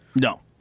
No